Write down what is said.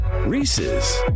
Reese's